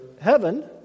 heaven